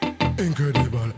incredible